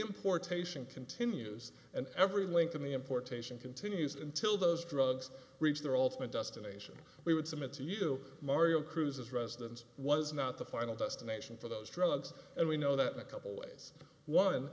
importation continues and every link in the importation continues until those drugs reach their ultimate destination we would submit to you mario cruz his residence was not the final destination for those drugs and we know that in a couple ways one